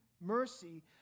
mercy